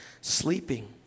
sleeping